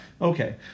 Okay